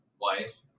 wife